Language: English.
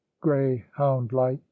greyhound-like